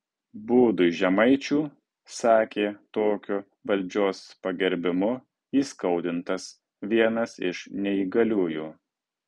būdui žemaičių sakė tokiu valdžios pagerbimu įskaudintas vienas iš neįgaliųjų